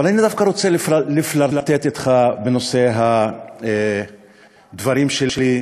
אבל אני דווקא רוצה לפלרטט אתך בנושא הדברים שלי.